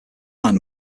line